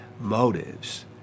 motives